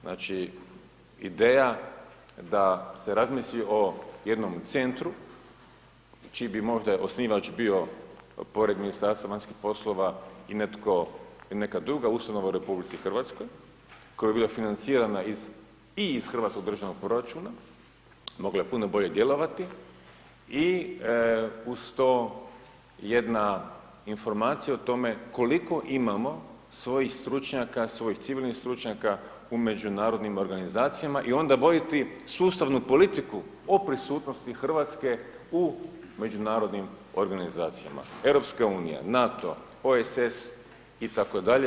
Znači, ideja da se razmisli o jednom centru čiji bi možda osnivač bio, pored Ministarstva vanjskih poslova i neka druga ustanova u RH, koja bi bila financiranja iz i iz hrvatskog državnog proračuna, mogla je puno bolje djelovati i uz to jedna informacija o tome, koliko imamo svoji stručnjaka, svojih civilnih stručnjaka u međunarodnim organizacijama i onda voditi sustavnu politiku po prisutnosti Hrvatske u međunarodnim organizacijama EU, NATO, OSS itd.